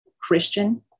Christian